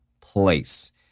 place